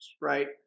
right